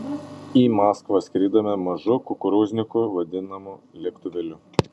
į maskvą skridome mažu kukurūzniku vadinamu lėktuvėliu